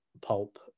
pulp